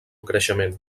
creixement